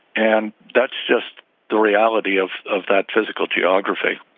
and that's just the reality of of that physical geography.